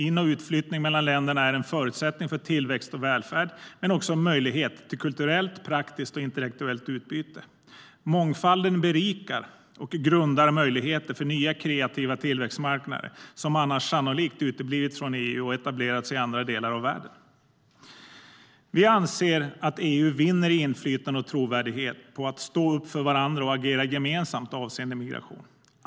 In och utflyttning mellan länderna är en förutsättning för tillväxt och välfärd men också en möjlighet till kulturellt, praktiskt och intellektuellt utbyte. Mångfalden berikar och grundlägger möjligheter för nya kreativa tillväxtmarknader som annars sannolikt uteblivit från EU och etablerats i andra delar av världen. Vi anser att EU vinner i inflytande och trovärdighet på att stå upp för varandra och agera gemensamt avseende migration.